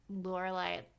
Lorelai